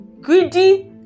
greedy